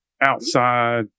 outside